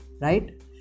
Right